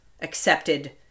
accepted